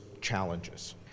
challenges